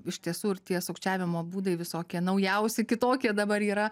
iš tiesų ir tie sukčiavimo būdai visokie naujausi kitokie dabar yra